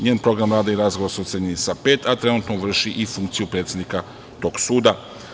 Njen program rada i razgovor su ocenjeni sa „pet“, a trenutno vrši i funkciju predsednika tog suda.